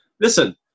Listen